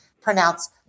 pronounce